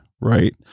Right